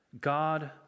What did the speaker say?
God